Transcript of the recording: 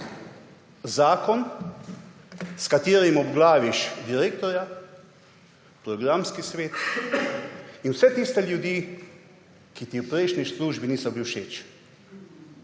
zakon, s katerim obglaviš direktorja, programski svet in vse tiste ljudi, ki ti v prejšnji službi niso bili všeč.